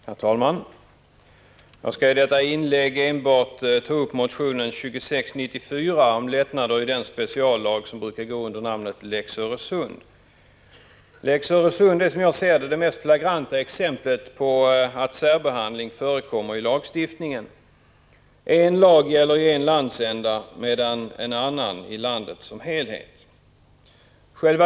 Herr talman! Jag skall i detta inlägg enbart ta upp motionen 1984/85:2694 om lättnader i den speciallag som brukar gå under namnet lex Öresund. Lex Öresund är, som jag ser det, det mest flagranta exemplet på att särbehandling förekommer i lagstiftningen. En lag gäller i en landsända medan en annan gäller i landet som helhet.